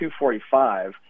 245